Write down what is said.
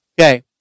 Okay